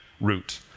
root